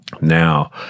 now